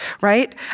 right